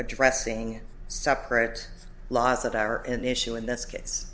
addressing separate laws that are an issue in this case